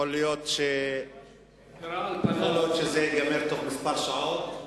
יכול להיות שזה ייגמר בתוך כמה שעות,